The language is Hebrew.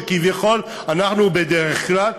שכביכול אנחנו בדרך כלל,